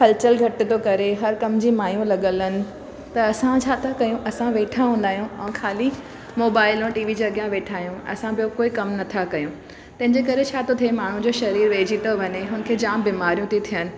हलचलि घटि थो करे हर कम जी माइयूं लॻल आहिनि त असां छा था कयूं असां वेठा हूंदा आहियूं ऐं खाली मोबाइल ऐं टीवी जे अॻियां वेठा आहियूं असां ॿियो कोई कमु नथा कयूं तंहिंजे करे छा थो थे माण्हुनि जे शरीर वेझी थो वञे हुन खे जाम बीमारियूं ति थियनि